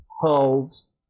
hulls